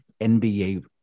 NBA